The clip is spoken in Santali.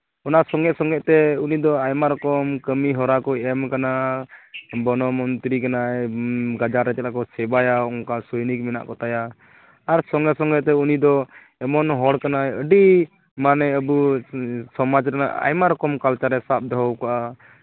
ᱚᱱᱟ ᱥᱚᱸᱜᱮ ᱥᱚᱸᱜᱮᱛᱮ ᱩᱱᱤᱫᱚ ᱟᱭᱢᱟ ᱨᱚᱠᱚᱢ ᱠᱟᱹᱢᱤ ᱦᱚᱨᱟᱠᱚᱭ ᱮᱢ ᱟᱠᱟᱱᱟ ᱵᱚᱱᱚ ᱢᱚᱱᱛᱤᱨᱤ ᱠᱟᱱᱟᱭ ᱜᱟᱡᱟᱲ ᱨᱮ ᱪᱟᱞᱟᱣ ᱠᱟᱛᱮᱫ ᱥᱮᱵᱟᱭᱟ ᱚᱱᱠᱟ ᱥᱳᱭᱱᱤᱠ ᱢᱮᱱᱟᱜ ᱠᱚᱛᱟᱭᱟ ᱟᱨ ᱥᱚᱸᱜᱮ ᱥᱚᱸᱜᱮᱛᱮ ᱩᱱᱤ ᱫᱚ ᱮᱢᱚᱱ ᱦᱚᱲ ᱠᱟᱱᱟᱭ ᱟᱹᱰᱤ ᱢᱟᱱᱮ ᱟᱵᱚ ᱥᱚᱢᱟᱡᱽ ᱨᱮᱱᱟᱜ ᱟᱭᱢᱟ ᱨᱚᱠᱚᱢ ᱠᱟᱞᱪᱟᱨᱮ ᱥᱟᱵ ᱫᱚᱦᱚ ᱠᱟᱜᱼᱟ